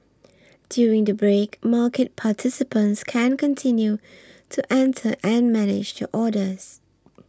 during the break market participants can continue to enter and manage your orders